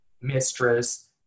mistress